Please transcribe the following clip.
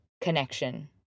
connection